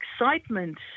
excitement